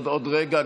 עוד רגע,